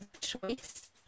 choice